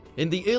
in the early